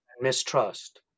mistrust